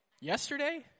yesterday